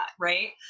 right